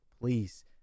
please